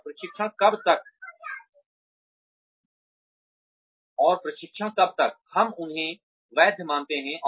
और प्रशिक्षण कब तक हम उन्हें वैध मानते हैं